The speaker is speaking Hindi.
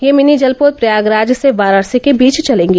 ये मिनी जलपोत प्रयागराज से वाराणसी के बीच चलेंगी